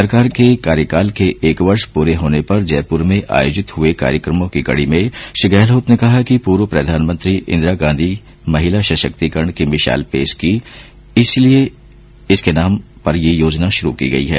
सरकार के कार्यकाल के एक वर्ष पूरे होने पर जयपुर में आयोजित हुए कार्यकमों की कड़ी में श्री गहलोत ने कहा कि पूर्व प्रधानमंत्री इंदिरा गांधी ने महिला सशक्तिकरण की मिसाल पेश की इसलिए उनके नाम पर ये योजना शुरू की गई है